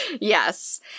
Yes